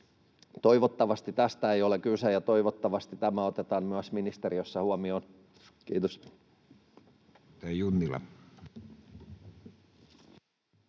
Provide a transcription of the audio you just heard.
Toivottavasti tästä ei ole kyse, ja toivottavasti tämä otetaan myös ministeriössä huomioon. — Kiitos.